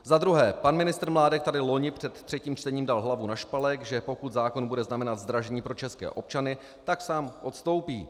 Za druhé, pan ministr Mládek tady loni před třetím čtením dal hlavu na špalek, pokud zákon bude znamenat zdražení pro české občany, tak sám odstoupí.